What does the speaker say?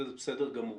וזה בסדר גמור.